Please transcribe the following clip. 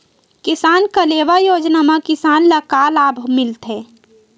किसान कलेवा योजना म किसान ल का लाभ मिलथे?